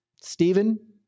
Stephen